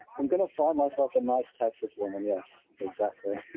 i'm going to find myself a nice texas woman. yes, exactly.